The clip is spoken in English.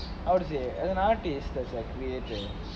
how to say as an artiste as a creator